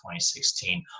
2016